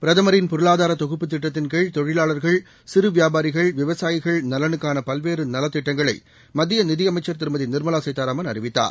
பிரதமரின் பொருளாதாரதொகுப்புத் திட்டத்தின் கீழ் தொழிலாளர்கள் சிறுவியாபாரிகள் விவசாயிகள் நலனுக்கானபல்வேறுநலத்திட்டங்களைமத்தியநிதியமைச்சர் திருமதிநிர்மலாசீதாராமன் அறிவித்தார்